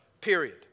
Period